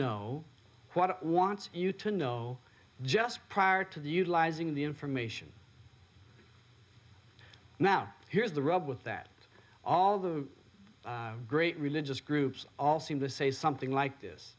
know what it wants you to know just prior to the utilizing the information now here's the rub with that all the great religious groups all seem to say something like this